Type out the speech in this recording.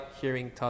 hearing